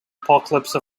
apocalypse